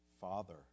father